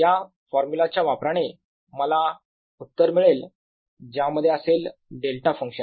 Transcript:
या फॉर्मुला च्या वापराने मला उत्तर मिळेल ज्यामध्ये असेल डेल्टा फंक्शन